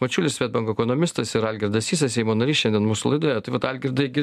mačiulis swedbank ekonomistas ir algirdas sysas seimo narys šiandien mūsų laidoje tai vat algirdai gi